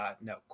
no